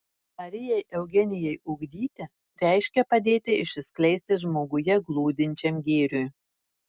marijai eugenijai ugdyti reiškia padėti išsiskleisti žmoguje glūdinčiam gėriui